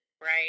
right